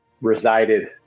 resided